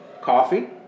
Coffee